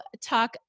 talk